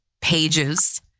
pages